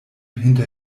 hinter